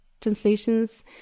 translations